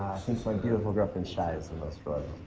my beautiful girlfriend shy is the most royal